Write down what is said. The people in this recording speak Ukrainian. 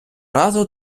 разу